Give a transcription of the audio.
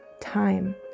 time